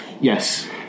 Yes